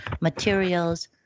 materials